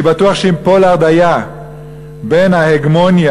אני בטוח שאם פולארד היה בן ההגמוניה